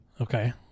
Okay